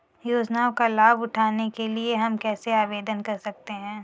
योजनाओं का लाभ उठाने के लिए हम कैसे आवेदन कर सकते हैं?